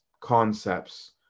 concepts